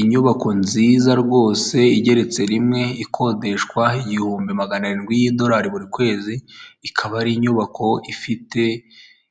Inyubako nziza rwose igeretse rimwe ikodeshwa igihumbi magana arindwi y'idolari buri kwezi ikaba ari inyubako ifite